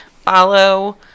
follow